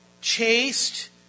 Chaste